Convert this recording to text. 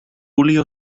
julio